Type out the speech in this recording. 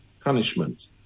punishment